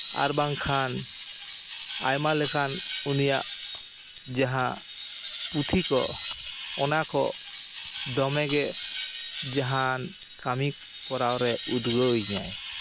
ᱟᱨ ᱵᱟᱝᱠᱷᱟᱱ ᱟᱭᱢᱟ ᱞᱮᱠᱟᱱ ᱩᱱᱤᱭᱟᱜ ᱡᱟᱦᱟᱸ ᱯᱩᱛᱷᱤ ᱠᱚ ᱚᱱᱟᱠᱚ ᱫᱚᱢᱮᱜᱮ ᱡᱟᱦᱟᱱ ᱠᱟᱹᱢᱤ ᱠᱚᱨᱟᱣ ᱨᱮ ᱩᱫᱽᱜᱟᱹᱣ ᱤᱧᱟᱹᱭ